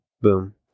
Boom